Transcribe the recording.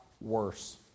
worse